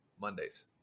Mondays